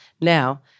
Now